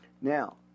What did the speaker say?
Now